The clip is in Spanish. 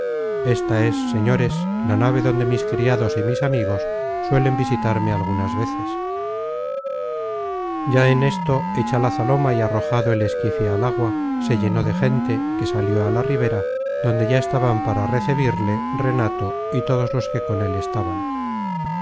esta es señores la nave donde mis criados y mis amigos suelen visitarme algunas veces ya en esto hecha la zaloma y arrojado el esquife al agua se llenó de gente que salió a la ribera donde ya estaban para recebirle renato y todos los que con el estaban